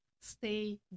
stay